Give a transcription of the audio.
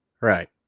Right